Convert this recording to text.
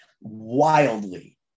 wildly